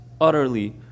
utterly